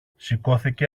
σηκώθηκε